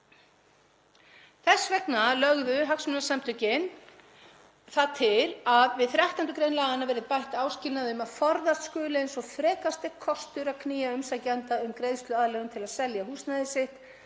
Þess vegna lögðu hagsmunasamtökin það til að við 13. gr. laganna verði bætt áskilnaði um að forðast skuli eins og frekast er kostur að knýja umsækjanda um greiðsluaðlögun til að selja húsnæði sitt